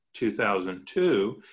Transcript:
2002